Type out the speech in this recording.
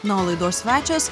na o laidos svečias